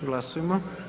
Glasujmo.